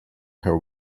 her